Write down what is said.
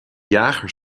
jager